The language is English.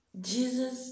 Jesus